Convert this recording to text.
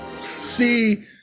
See